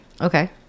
Okay